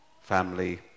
family